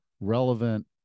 relevant